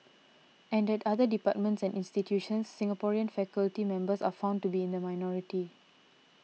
and at other departments and institutions Singaporean faculty members are found to be in the minority